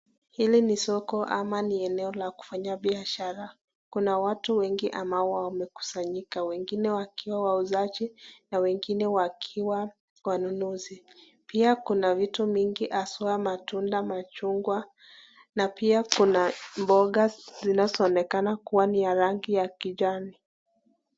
Hili ni soko ama ni eneo la kufanya biashara, kuna watu wengi ambao wamekusanyika wengine wakiwa wauzaji na wengine wakiwa wanunuzi. Pia kuna vitu mingi haswaa matunda machungwa na pia kuna mboga zinazo onekana kua ni ya rangi ya kijani.